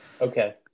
Okay